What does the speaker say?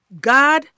God